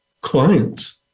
clients